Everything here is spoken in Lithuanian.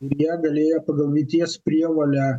jie galėjo pagal lyties prievolę